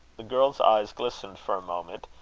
the girl's eyes glistened for a moment,